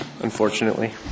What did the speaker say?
unfortunately